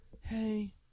Hey